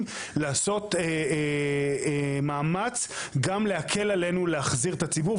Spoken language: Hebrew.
לעשות מאמץ גם להקל עלינו להחזיר את הציבור.